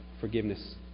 forgiveness